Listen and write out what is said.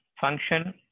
function